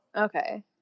Okay